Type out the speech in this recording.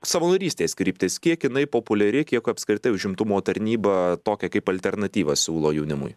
savanorystės kryptis kiek jinai populiari kiek apskritai užimtumo tarnyba tokią kaip alternatyvą siūlo jaunimui